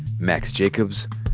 max jacobs,